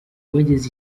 bageze